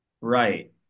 Right